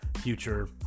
future